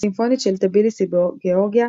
הסימפונית של טביליסי בגאורגיה,